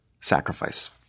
sacrifice